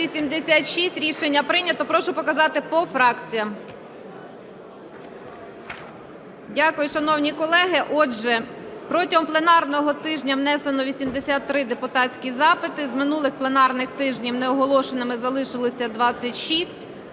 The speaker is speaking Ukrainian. Дякую, шановні колеги.